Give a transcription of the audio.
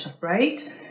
right